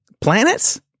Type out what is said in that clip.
planets